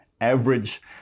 average